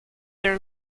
their